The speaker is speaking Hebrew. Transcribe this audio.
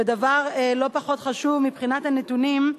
ודבר לא פחות חשוב, מבחינת הנתונים: